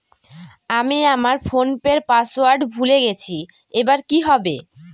আমি আমার ফোনপের পাসওয়ার্ড ভুলে গেছি এবার কি হবে?